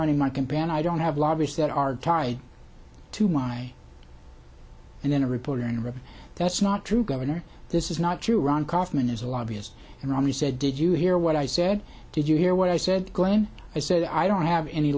running my compan i don't have lobbyists that are tied to my and then a reporter in rep that's not true governor this is not true ron kaufman is a lobbyist and romney said did you hear what i said did you hear what i said glenn i said i don't have any